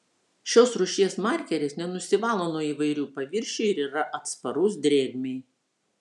šios rūšies markeris nenusivalo nuo įvairių paviršių ir yra atsparus drėgmei